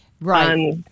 Right